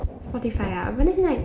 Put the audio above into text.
Spotify ah but then like